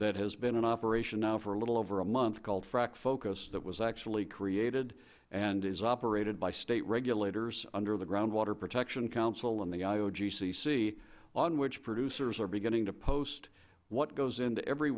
that has been in operation now for a little over a month called fracfocus that was actually created and is operated by state regulators under the groundwater protection council and the iogcc on which producers are beginning to post what goes into every